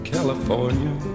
California